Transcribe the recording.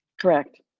Correct